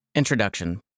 Introduction